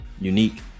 unique